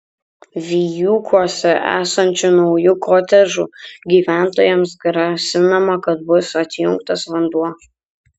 vijūkuose esančių naujų kotedžų gyventojams grasinama kad bus atjungtas vanduo